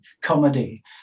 comedy